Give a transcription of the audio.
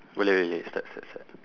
boleh boleh start start start